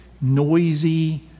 noisy